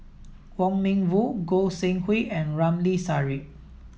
Wong Meng Voon Goi Seng Hui and Ramli Sarip